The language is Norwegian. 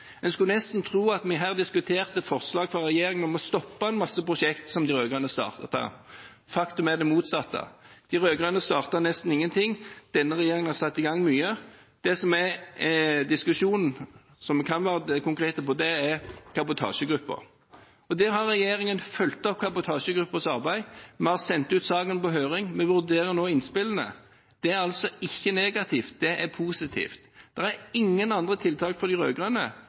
En skulle nesten tro at vi her diskuterte forslag som ba regjeringen om å stoppe en masse prosjekter som de rød-grønne startet. Faktum er det motsatte. De rød-grønne startet nesten ingenting. Denne regjeringen har satt i gang mye. Det som er diskusjonen, eller det som vi kan være konkrete på, er kabotasjegruppen. Regjeringen har fulgt opp kabotasjegruppens arbeid, vi har sendt ut saken på høring, og vi vurderer nå innspillene. Det er altså ikke negativt, det er positivt. Det er ingen tiltak fra de rød-grønne som er blitt stoppet, for de